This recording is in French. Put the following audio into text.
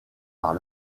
par